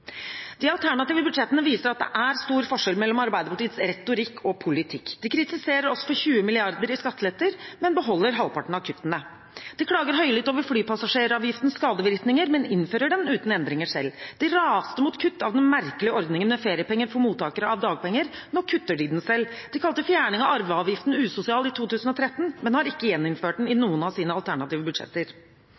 De alternative budsjettene viser at det er stor forskjell mellom Arbeiderpartiets retorikk og politikk. De kritiserer oss for 20 mrd. kr i skatteletter, men beholder halvparten av kuttene. De klager høylytt over flypassasjeravgiftens skadevirkninger, men innfører den uten endringer selv. De raste mot kutt i den merkelige ordningen med feriepenger for mottakere av dagpenger. Nå kutter de den selv. De kalte fjerning av arveavgiften usosial i 2013, men har ikke gjeninnført den i noen av sine alternative budsjetter.